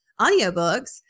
audiobooks